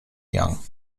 young